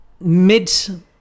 mid